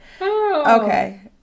Okay